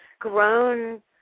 grown